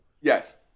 yes